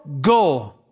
go